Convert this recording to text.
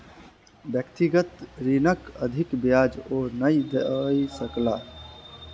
व्यक्तिगत ऋणक अधिक ब्याज ओ नै दय सकला